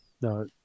No